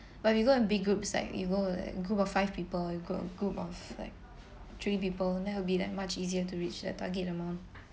but you go in big groups like you go like a group of five people you got a group of like three people then it'll be like much easier to reach the target amount